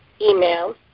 email